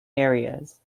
areas